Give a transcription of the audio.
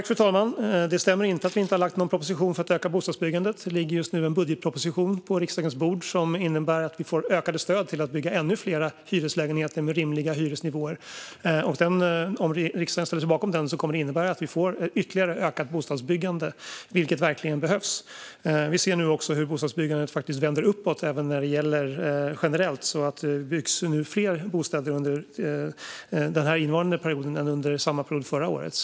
Fru talman! Det stämmer inte att vi inte har lagt någon proposition för att öka bostadsbyggandet. Det ligger just nu en budgetproposition på riksdagens bord som innebär ökade stöd till att bygga ännu fler hyreslägenheter med rimliga hyresnivåer. Om riksdagen ställer sig bakom den kommer det att innebära ett ytterligare ökat bostadsbyggande, vilket verkligen behövs. Vi ser nu också hur bostadsbyggandet vänder uppåt generellt. Det byggs fler bostäder under den innevarande perioden än under samma period förra året.